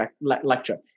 lecture